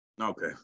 Okay